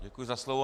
Děkuji za slovo.